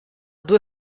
due